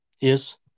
Yes